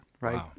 right